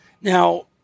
Now